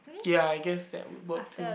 ya I guess that work too